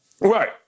Right